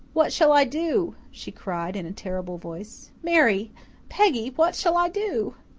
what shall i do? she cried in a terrible voice. mary peggy what shall i do?